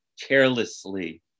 carelessly